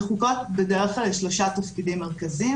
לחוקות בדרך כלל יש שלושה תפקידים מרכזיים.